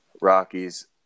Rockies